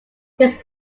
this